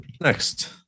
Next